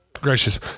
gracious